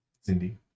Cindy